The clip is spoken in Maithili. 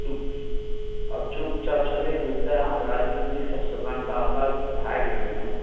चुप आब चुपचाप छेबे केलिऔ तेँ हम राजनीतिक सबसँ कनिटा अलग भऽ गेलिऔ